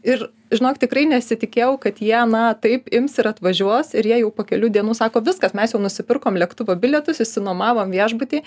ir žinok tikrai nesitikėjau kad jie na taip ims ir atvažiuos ir jie jau po kelių dienų sako viskas mes jau nusipirkom lėktuvo bilietus išsinuomavom viešbutį